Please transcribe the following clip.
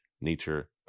nature